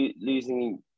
losing